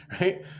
right